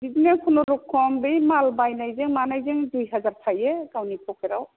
बिदिनो कुनुरक'म बै माल बायनायजों मानायजों दुइ हाजार थायो गावनि प'केट आव